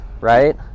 right